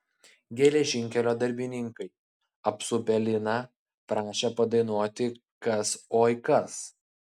geležinkelio darbininkai apsupę liną prašė padainuoti kas oi kas